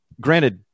granted